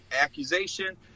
accusation